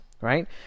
right